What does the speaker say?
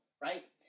right